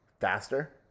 faster